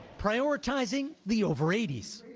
prioritizing the over eighty s.